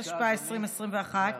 התשפ"א 2021,